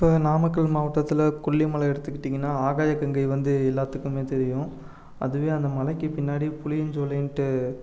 இப்போ நாமக்கல் மாவட்டத்தில் கொல்லிமலை எடுத்துக்கிட்டீங்கன்னால் ஆகாய கங்கை வந்து எல்லாத்துக்குமே தெரியும் அதுவே அந்த மலைக்கு பின்னாடி புளியஞ்சோலைன்ட்டு